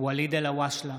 ואליד אלהואשלה,